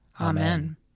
Amen